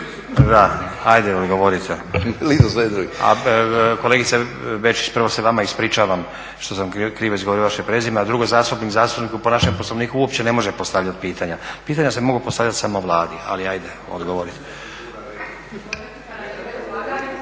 … Ajde odgovorite. A kolegice Bečić, prvo se vama ispričavam što sam krivo izgovorio vaše prezime, a drugo zastupnik zastupniku po našem Poslovniku uopće ne može postavljati pitanja. Pitanja se mogu postavljat samo Vladi, ali ajde odgovorite.